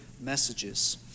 messages